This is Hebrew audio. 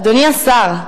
אדוני השר,